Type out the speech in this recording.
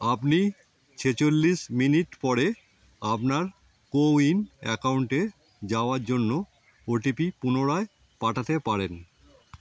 আপনি ছেচল্লিশ মিনিট পরে আপনার কোউইন অ্যাকাউন্টে যাওয়ার জন্য ওটিপি পুনরায় পাঠাতে পারেন